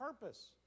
purpose